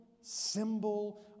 symbol